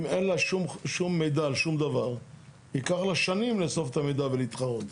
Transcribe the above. אם אין לה שום מידע על שום דבר ייקח לה שנים לאסוף את המידע ולהתחרות.